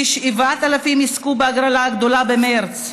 כ-7,000 יזכו בהגרלה הגדולה במרס.